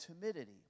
timidity